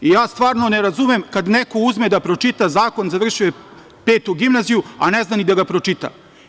Stvarno ne razumem kad neko uzme da pročita zakon, završio je Petu gimnaziju, a ne zna ni da ga pročita.